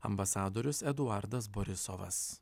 ambasadorius eduardas borisovas